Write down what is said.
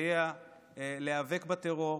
שיסייע להיאבק בטרור,